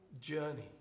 journey